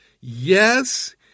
Yes